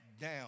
down